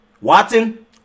Watson